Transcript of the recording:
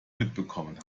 mitbekommen